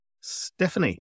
stephanie